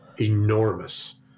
enormous